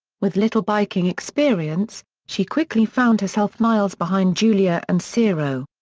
with little biking experience, she quickly found herself miles behind julia and ciro.